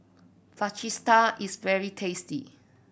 fajitas is very tasty